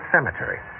Cemetery